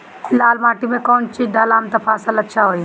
लाल माटी मे कौन चिज ढालाम त फासल अच्छा होई?